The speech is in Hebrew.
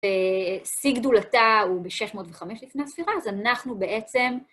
בשיא גדולתה הוא ב-605 לפני הספירה, אז אנחנו בעצם...